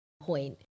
point